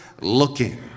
looking